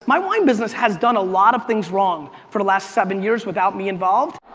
my wine business has done a lot of things wrong for the last seven years without me involved.